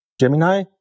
Gemini